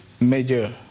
major